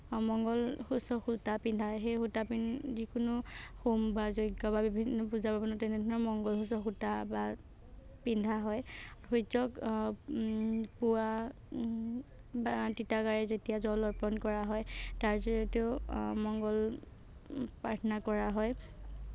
মংগলসূচক সূতা পিন্ধাই সেই সূতা যিকোনো হোম বা যজ্ঞ বা বিভিন্ন পূজা পাৰ্বণত তেনেধৰণৰ মংগলসূচক সূতা বা পিন্ধা হয় সূৰ্য্যক পুৱা বা তিতা গাৰে যেতিয়া জল অৰ্পণ কৰা হয় তাৰ জড়িয়তেও মংগল প্ৰাৰ্থনা কৰা হয়